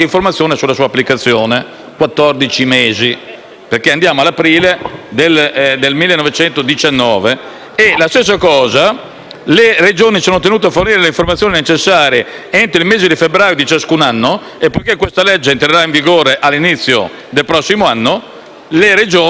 Le Regioni sono tenute a fornire le informazioni necessarie entro il mese di febbraio di ciascun anno e, poiché questa legge entrerà in vigore all'inizio del prossimo anno, delle Regioni ne parleremo un anno dopo. Quindi, approviamo una norma, che magari applichiamo anche al Ministero della giustizia (e per